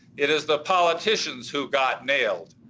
it is the politicians who got nailed